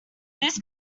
this